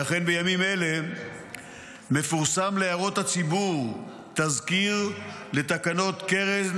ואכן בימים האלה מפורסם להערות הציבור תזכיר לתקנות קרן